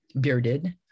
bearded